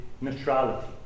neutrality